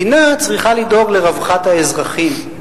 מדינה צריכה לדאוג לרווחת האזרחים,